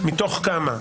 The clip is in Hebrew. מתוך כמה?